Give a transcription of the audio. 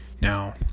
Now